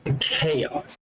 chaos